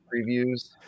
previews